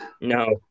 No